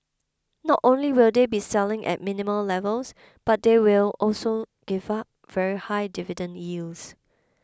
not only will they be selling at minimal levels but they will also give up very high dividend yields